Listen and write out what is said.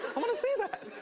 i wanna see that.